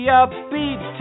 upbeat